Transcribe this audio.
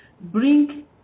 bring